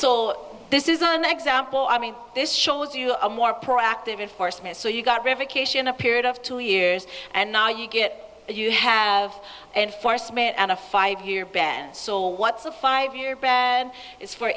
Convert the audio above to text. so this is an example i mean this shows you are more proactive in force and so you got revocation a period of two years and now you get you have enforcement and a five year ban so what's a five year ban is for